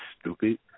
stupid